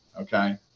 Okay